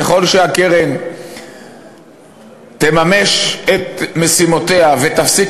שככל שהקרן תממש את משימותיה ותפסיק